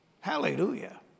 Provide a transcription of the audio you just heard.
Hallelujah